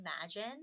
imagine